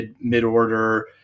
mid-order